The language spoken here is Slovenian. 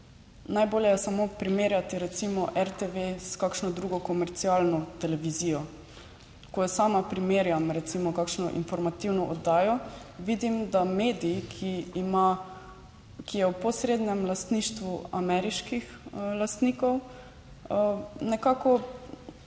Najbolje je samo primerjati recimo RTV s kakšno drugo komercialno televizijo. Ko sama primerjam recimo kakšno informativno oddajo, vidim, da medij, ki je v posrednem lastništvu ameriških lastnikov nekako ne